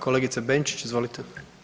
Kolegice Benčić, izvolite.